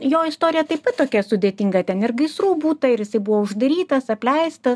jo istorija taip pat tokia sudėtinga ten ir gaisrų būta ir jisai buvo uždarytas apleistas